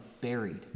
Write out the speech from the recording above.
buried